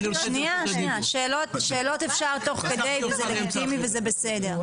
שניה, שאלות אפשר תוך כדי וזה לגיטימי וזה בסדר.